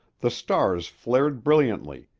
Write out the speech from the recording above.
the stars flared brilliantly,